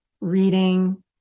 reading